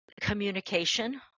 communication